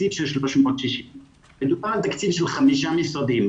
התקציב של 360. מדובר בתקציב של חמישה משרדים,